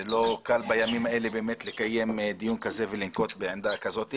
זה לא קל בימים האלה לקיים דיון כזה ולנקוט בעמדה כזאת,